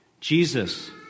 Jesus